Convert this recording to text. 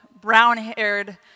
brown-haired